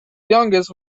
youngest